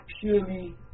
purely